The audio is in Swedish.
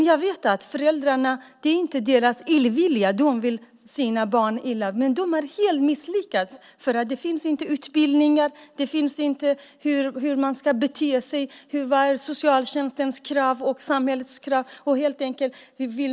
Jag vet att det inte beror på föräldrarnas illvilja, för de vill inte sina barn illa. Men de är helt misslyckade. Det finns inte utbildningar, och de vet inte hur man ska bete sig eller vilka socialtjänstens och samhällets krav är.